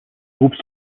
groupe